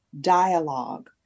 dialogue